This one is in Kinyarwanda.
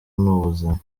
n’ubuzima